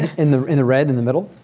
in the in the red in the middle.